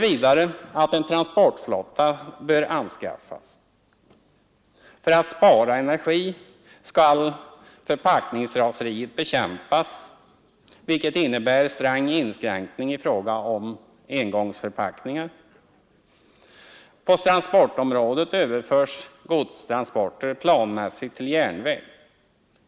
Vidare bör en transportflotta anskaffas. För att spara energi skall förpackningsraseriet bekämpas, vilket innebär sträng inskränkning i fråga om engångsförpackningar. På transportområdet överförs godstransporter planmässigt till järnväg.